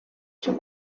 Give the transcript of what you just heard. cyo